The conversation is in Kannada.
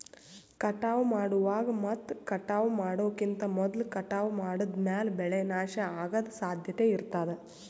ಕಟಾವ್ ಮಾಡುವಾಗ್ ಮತ್ ಕಟಾವ್ ಮಾಡೋಕಿಂತ್ ಮೊದ್ಲ ಕಟಾವ್ ಮಾಡಿದ್ಮ್ಯಾಲ್ ಬೆಳೆ ನಾಶ ಅಗದ್ ಸಾಧ್ಯತೆ ಇರತಾದ್